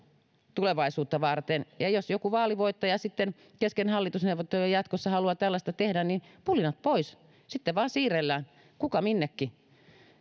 tulevaisuutta varten jos joku vaalivoittaja sitten kesken hallitusneuvottelujen jatkossa haluaa tällaista tehdä niin pulinat pois sitten vain siirrellään kuka minnekin